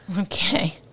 Okay